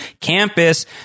campus